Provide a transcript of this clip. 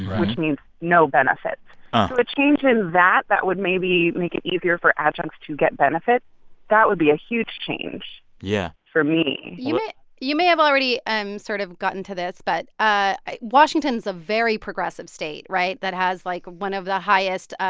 which means no benefits. so a change in that that would maybe make it easier for adjuncts to get benefits that would be a huge change. yeah. for me you me you may have already and sort of gotten to this, but ah washington's a very progressive state right? that has, like, one of the highest